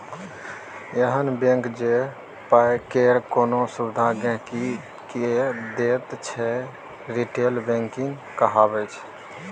एहन बैंक जे पाइ केर कोनो सुविधा गांहिकी के दैत छै रिटेल बैंकिंग कहाबै छै